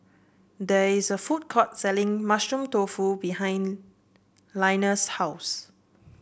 there is a food court selling Mushroom Tofu behind Linus' house